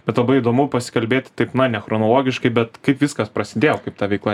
bet labai įdomu pasikalbėti taip na ne chronologiškai bet kaip viskas prasidėjo kaip ta veikla